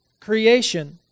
creation